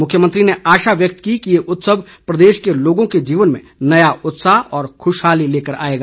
मुख्यमंत्री ने आशा व्यक्त की है कि ये उत्सव प्रदेश के लोगों के जीवन में नया उत्साह और खुशहाली लेकर आएगा